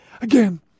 Again